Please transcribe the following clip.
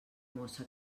mossa